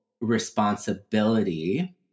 responsibility